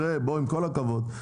עם כל הכבוד,